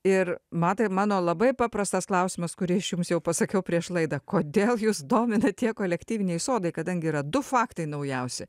ir matai mano labai paprastas klausimas kurį aš jums jau pasakiau prieš laidą kodėl jus domina tie kolektyviniai sodai kadangi yra du faktai naujausi